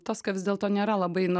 toska vis dėlto nėra labai nu